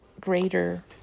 greater